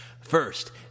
First